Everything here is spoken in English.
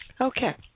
Okay